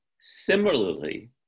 Similarly